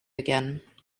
again